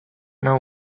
know